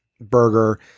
burger